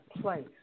place